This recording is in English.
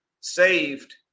saved